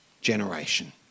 generation